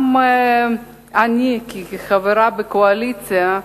גם אני, כחברה בקואליציה,